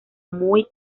muy